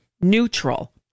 neutral